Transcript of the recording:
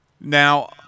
Now